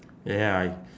ya ya I